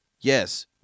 yes